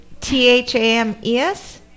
T-H-A-M-E-S